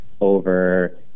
over